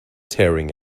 tearing